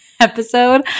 episode